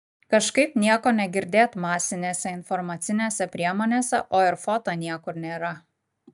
kažkaip nieko negirdėt masinėse informacinėse priemonėse o ir foto niekur nėra